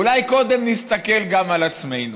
אולי קודם נסתכל גם על עצמנו.